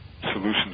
solutions